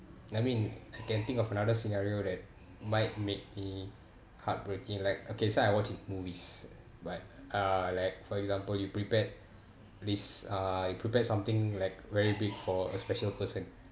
I mean I can think of another scenario that might make me heartbreaking like okay so I watch this movies but uh like for example you prepared this uh prepared something like very big for a special person